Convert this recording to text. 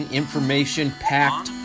information-packed